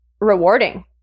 rewarding